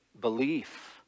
belief